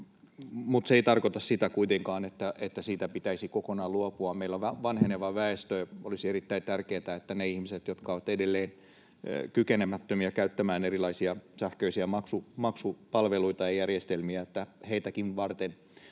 Mutta se ei tarkoita kuitenkaan sitä, että siitä pitäisi kokonaan luopua. Meillä on vanheneva väestö, ja olisi erittäin tärkeätä, että niitäkin ihmisiä varten, jotka ovat edelleen kykenemättömiä käyttämään erilaisia sähköisiä maksupalveluita ja -järjestelmiä, luotaisiin